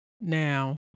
Now